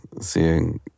seeing